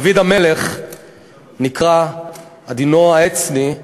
דוד המלך נקרא "עדינו העצני"